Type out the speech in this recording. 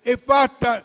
è fatta